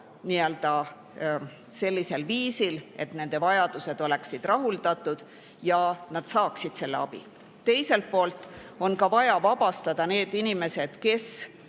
nii-öelda sellisel viisil, et nende vajadused oleksid rahuldatud ja nad saaksid selle abi. Teiselt poolt on vaja vabastada need inimesed, kes